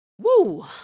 Woo